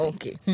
Okay